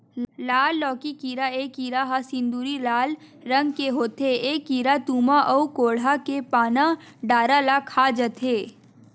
लाल लौकी कीरा ए कीरा ह सिंदूरी लाल रंग के होथे ए कीरा तुमा अउ कोड़हा के पाना डारा ल खा जथे